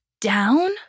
down